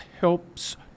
helps